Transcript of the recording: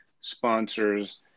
sponsors